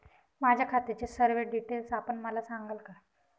माझ्या खात्याचे सर्व डिटेल्स आपण मला सांगाल का?